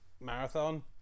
marathon